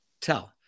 tell